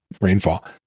rainfall